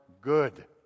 good